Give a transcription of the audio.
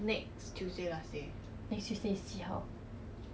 that time I wanted to jio my touch rugby friends